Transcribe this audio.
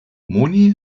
moni